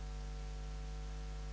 Hvala.